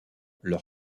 leur